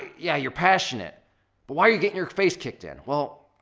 yeah, you're passionate. but why are you getting your face kicked in? well,